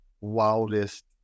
wildest